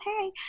hey